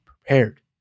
prepared